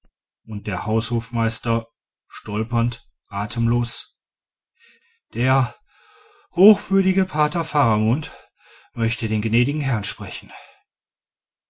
und der haushofmeister stolpernd atemlos der hochwürdige pater faramund möchte den gnädigen herrn sprechen